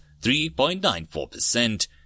3.94%